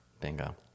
Bingo